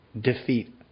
defeat